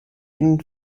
ihn